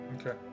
Okay